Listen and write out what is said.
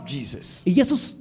Jesus